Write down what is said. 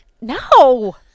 No